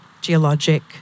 geologic